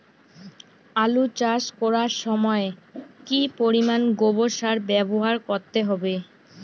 আলু চাষ করার সময় কি পরিমাণ গোবর সার ব্যবহার করতে হবে?